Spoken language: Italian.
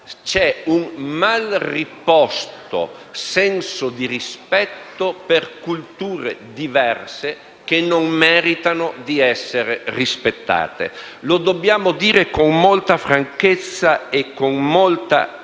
c'è un malriposto senso di rispetto per culture diverse che non meritano di essere rispettate. Lo dobbiamo dire con molta franchezza e assertività: